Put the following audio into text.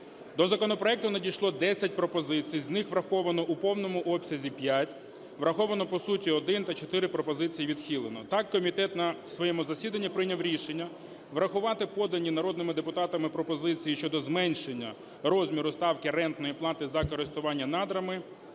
До законопроекту надійшло 10 пропозицій, з них враховано у повному обсязі – 5, враховано по суті – 1 та 4 пропозиції відхилено. Так, комітет на своєму засіданні прийняв рішення врахувати подані народними депутатами пропозиції щодо зменшення розміру ставки рентної плати за користування надрами